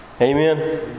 Amen